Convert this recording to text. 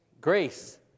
grace